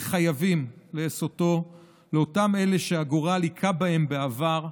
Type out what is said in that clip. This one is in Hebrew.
וחייבים לעשותו לאותם אלה שהגורל היכה בהם בעבר,